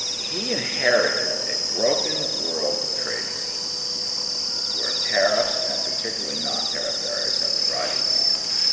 he inherited a broken world trading system where tariffs and particularly non-tariff barriers have been rising for years.